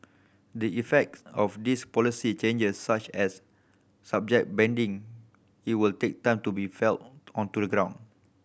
the effects of these policy changes such as subject banding it will take time to be felt on to the ground